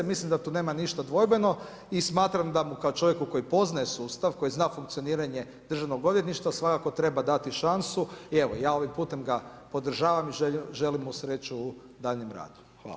Mislim da tu nema ništa dvojbeno i smatram da mu kao čovjeku koji poznaje sustav, koji zna funkcioniranje državnog odvjetništva svakako treba dati šansu i evo, ja ovim putem ga podržavam i želim mu sreću u daljnjem radu.